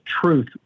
truth